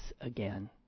again